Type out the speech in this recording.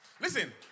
Listen